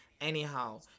Anyhow